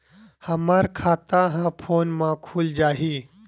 हमर खाता ह फोन मा खुल जाही?